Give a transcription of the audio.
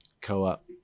Co-op